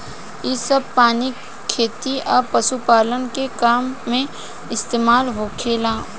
इ सभ पानी खेती आ पशुपालन के काम में इस्तमाल होखेला